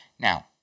Now